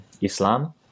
Islam